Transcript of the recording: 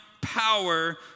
power